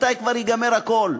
מתי כבר ייגמר הכול?